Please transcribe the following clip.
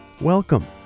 Welcome